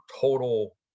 total